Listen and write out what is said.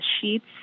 sheets